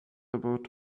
about